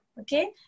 Okay